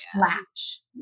latch